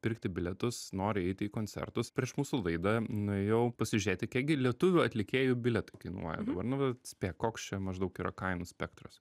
pirkti bilietus nori eiti į koncertus prieš mūsų laidą nuėjau pasižiūrėti kiekgi lietuvių atlikėjų bilietai kainuoja dabar nu va spėk koks čia maždaug yra kainų spektras